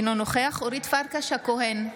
אינו נוכח אורית פרקש הכהן,